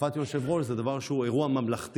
שהחלפת יושב-ראש זה דבר שהוא אירוע ממלכתי,